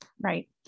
Right